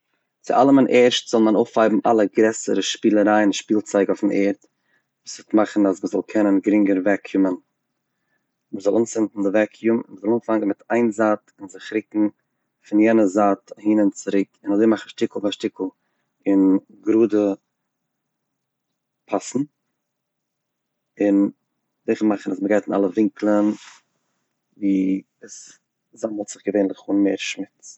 צו אלעמען ערשט זאל מען אויפהייבן אלע גרעסער שפילערייען און שפילצייג אויפן ערד, דאס וועט מאכן אז מען זאל קענען גרינגע וועקיומען, מען זאל אנצינדן די וועקיום, מ'זאל אנפאנגען מיט איין זייט און זיך רוקן פון יענע זייט אהין און צוריק, און אזוי מאכן שטיקל ביי שטיקל און גראדע פאסן און זיכער מאכן אז מען גייט אין אלע ווינקלן ווי עס זאמלט זיך געווענליך אן מער שמוץ.